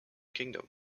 kingdom